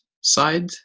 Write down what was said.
side